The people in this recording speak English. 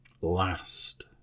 last